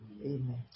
Amen